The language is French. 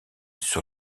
sur